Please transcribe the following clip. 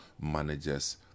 managers